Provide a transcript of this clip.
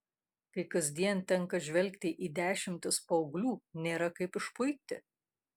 kai kasdien tenka žvelgti į dešimtis paauglių nėra kaip išpuikti